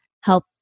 help